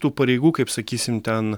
tų pareigų kaip sakysim ten